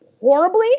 horribly